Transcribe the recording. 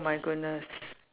my goodness